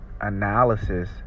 analysis